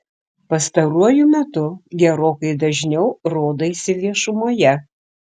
pastaruoju metu gerokai dažniau rodaisi viešumoje